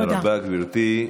תודה רבה, גברתי.